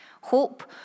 Hope